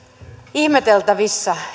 ihmetellä